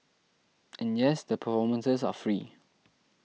and yes the performances are free